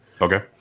Okay